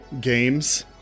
games